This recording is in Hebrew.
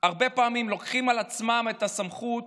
הרבה פעמים לוקחים על עצמם את הסמכות,